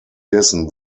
dessen